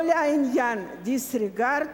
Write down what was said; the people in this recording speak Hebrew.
כל עניין ה-disregard,